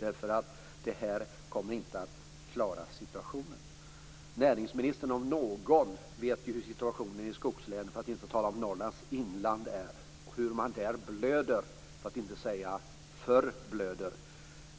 eftersom den inte kommer att klara situationen. Näringsministern om någon vet ju hur situationen är i skogslänen, för att inte tala om i Norrlands inland. Där blöder man, för att inte säga förblöder.